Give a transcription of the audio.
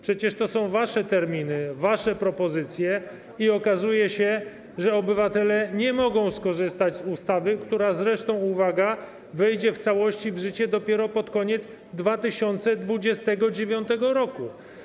Przecież to są wasze terminy, wasze propozycje i okazuje się, że obywatele nie mogą skorzystać z ustawy, która zresztą - uwaga - wejdzie w całości w życie dopiero pod koniec 2029 r.